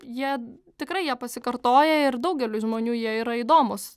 jie tikrai jie pasikartoja ir daugeliui žmonių jie yra įdomūs